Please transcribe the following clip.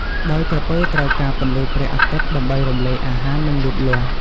ដោយក្រពើត្រូវការពន្លឺព្រះអាទិត្យដើម្បីរំលាយអាហារ និងលូតលាស់។